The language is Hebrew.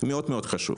מאוד מאוד חשוב.